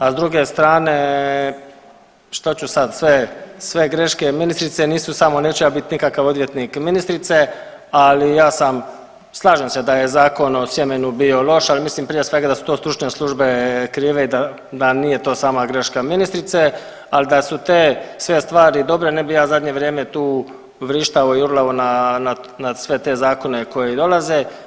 A s druge strane što ću sad, sve, sve greške ministrice nisu, neću ja biti nikakav odvjetnik ministrice, ali ja sam, slažem se da je Zakon o sjemenu bio loš, ali mislim prije svega da su to stručne službe kreirale i da nije to sama greška ministrice, ali da su te sve stvari dobre ne bi ja zadnje vrijeme tu vrištao i urlao na sve te zakone koji dolaze.